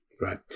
Right